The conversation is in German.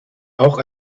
auch